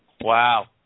wow